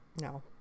No